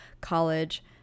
college